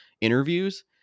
interviews